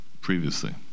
previously